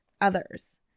others